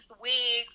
wigs